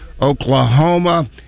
Oklahoma